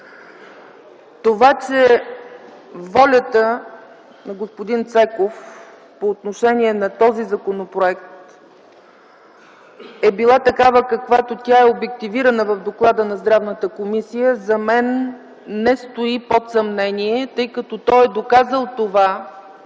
Това, че волята на господин Цеков по отношение на този законопроект е била, каквато тя е обективирана в доклада на Здравната каса, за мен не стои под съмнение. Той е доказал това